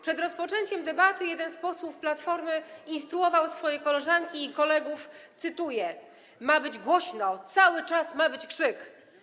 Przed rozpoczęciem debaty jeden z posłów Platformy instruował swoje koleżanki i kolegów: „Ma być głośno, cały czas ma być krzyk”